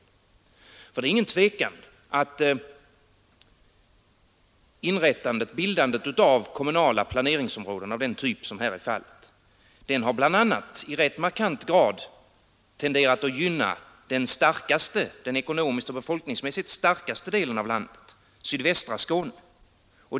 Det råder nämligen inget tvivel om att bildandet av kommunala planeringsområden av den typ som det här är fråga om i rätt markant grad tenderar att gynna den ekonomiskt och befolkningsmässigt starkaste delen av landet, nämligen sydvästra Skåne.